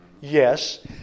Yes